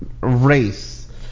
race